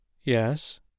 Yes